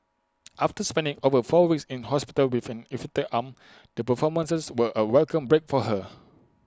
after spending over four weeks in hospital with an infected arm the performances were A welcome break for her